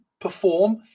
perform